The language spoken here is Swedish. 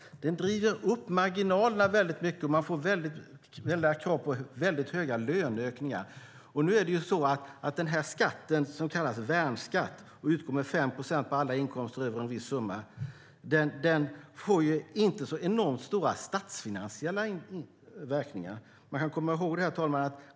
Den driver upp marginalerna mycket. Det blir krav på höga löneökningar. Skatten, som kallas värnskatt, och utgår med 5 procent på alla inkomster över en viss summa, får inte så enormt stor statsfinansiell verkan.